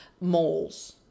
moles